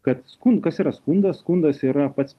kad skun kas yra skundas skundas yra pats